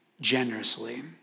generously